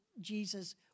Jesus